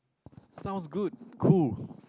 sounds good cool